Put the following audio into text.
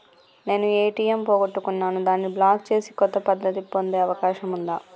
నేను ఏ.టి.ఎం పోగొట్టుకున్నాను దాన్ని బ్లాక్ చేసి కొత్తది పొందే అవకాశం ఉందా?